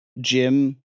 Jim